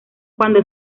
cuando